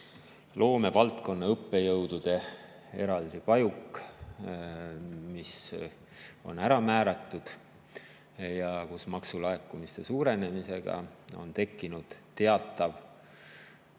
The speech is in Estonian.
loomevaldkonna õppejõudude eraldi pajuk, mis on ära määratud ja kus maksulaekumise suurenemisega on tekkinud teatav,